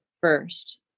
first